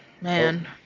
Man